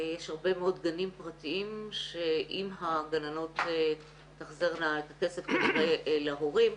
יש הרבה מאוד גנים פרטיים שאם הגננות תחזרנה --- כנראה להורים.